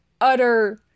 utter